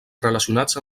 relacionats